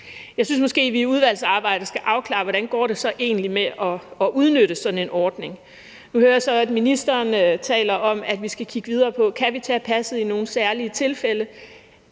Jeg synes måske, at vi i udvalgsarbejdet skal afklare, hvordan det så egentlig går med at udnytte sådan en ordning. Nu hører jeg så, at ministeren taler om, at vi skal kigge på, om vi kan tage passet i nogle særlige tilfælde.